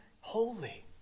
holy